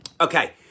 Okay